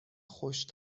خوش